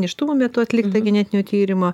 nėštumo metu atlikta genetinio tyrimo